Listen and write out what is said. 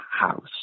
house